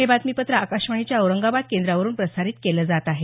हे बातमीपत्र आकाशवाणीच्या औरंगाबाद केंद्रावरून प्रसारित केलं जात आहे